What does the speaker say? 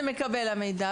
בדרך כלל זה מקבל המידע,